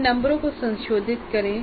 इन नंबरों को संशोधित करें